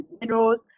minerals